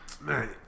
Man